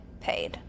paid